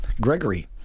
Gregory